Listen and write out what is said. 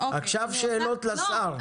עכשיו שאלות לשר.